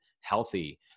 healthy